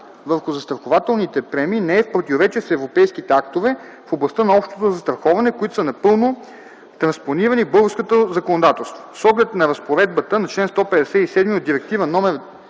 върху застрахователните премии не е в противоречие с европейските актове в областта на общото застраховане, които са напълно транспонирани в българското законодателство. С оглед на разпоредбата на чл. 157 от Директива №